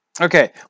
Okay